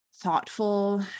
thoughtful